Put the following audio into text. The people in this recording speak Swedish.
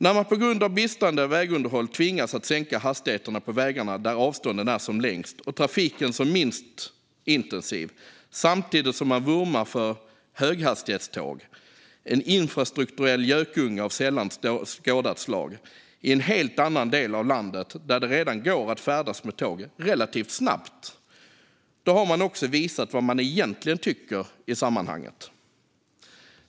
När man på grund av bristande vägunderhåll tvingas att sänka hastigheterna på vägarna där avstånden är som längst och trafiken som minst intensiv och samtidigt vurmar för höghastighetståg - en infrastrukturell gökunge av sällan skådat slag - i en helt annan del av landet där det redan går att färdas med tåg relativt snabbt, då har man visat vad man egentligen tycker i sammanhanget.